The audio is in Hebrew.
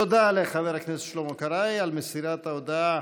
תודה לחבר הכנסת שלמה קרעי על מסירת ההודעה